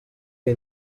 iyi